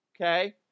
okay